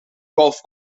golf